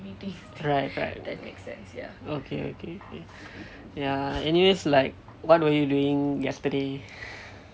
right right okay okay ya anyway like what were you doing yesterday